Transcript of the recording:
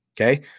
okay